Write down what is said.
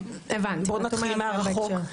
בואו נתחיל מהרחוק.